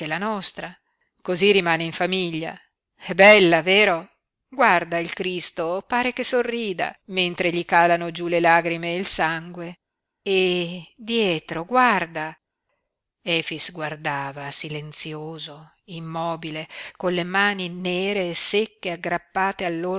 la nostra cosí rimane in famiglia è bella vero guarda il cristo pare che sorrida mentre gli calano giú le lagrime e il sangue e dietro guarda efix guardava silenzioso immobile con le mani nere e secche aggrappate